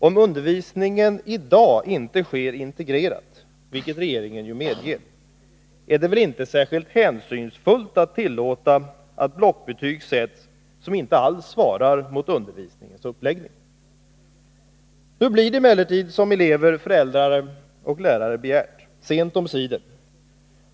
Om undervisningen i dag inte sker integrerat — vilket regeringen ju medger — är det väl inte särskilt hänsynsfullt att tillåta att blockbetyg sätts, som inte alls svarar mot undervisningens uppläggning. Nu blir det emellertid som elever, föräldrar och lärare begärt. Sent omsider.